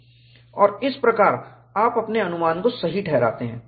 और इस प्रकार आप अपने अनुमान को सही ठहराते हैं